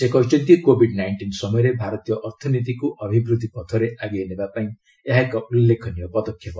ସେ କହିଛନ୍ତି Covid nineteen ସମୟରେ ଭାରତୀୟ ଅର୍ଥନୀତିକୁ ଅଭିବୃଦ୍ଧି ପଥରେ ଆଆଗେଇ ନେବାପାଇଁ ଏହା ଏକ ଉଲ୍ଲେଖନୀୟ ପଦକ୍ଷେପ